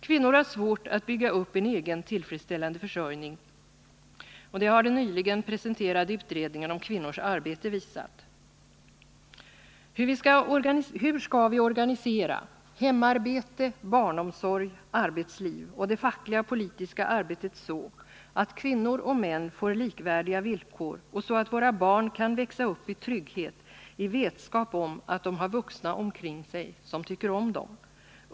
Kvinnor har svårt att bygga upp en egen tillfredsställande försörjning, vilket den nyligen presenterade utredningen Kvinnors arbete har visat. Hur skall vi organisera hemarbete, barnomsorg, arbetsliv och det fackliga och politiska arbetet så att kvinnor och män får likvärdiga villkor och så att våra barn kan växa upp i trygghet i vetskap om att de har vuxna omkring sig som tycker om dem?